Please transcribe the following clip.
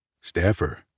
Staffer